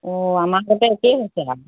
অঁ আমাৰ সৈতে একেই হৈছে আৰু